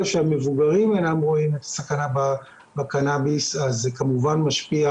שהמבוגרים אינם רואים את הסכנה בקנביס אז זה כמובן משפיע